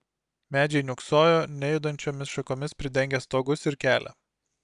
medžiai niūksojo nejudančiomis šakomis pridengę stogus ir kelią